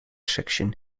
section